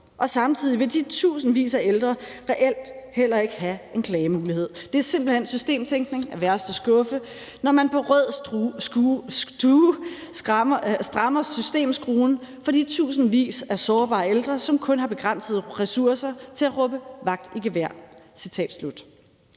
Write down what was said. og samtidig vil de tusindvis af ældre reelt heller ikke have en klagemulighed. Det er simpelt hen systemtænkning af værste skuffe, når man på rød stue strammer systemskruen for de tusindvis af sårbare ældre, som kun har begrænsede ressourcer til at råbe vagt i gevær.«